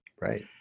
Right